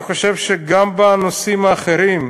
אני חושב שגם בנושאים האחרים,